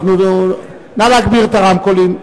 נא להגביר את הרמקולים.